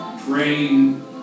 praying